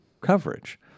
coverage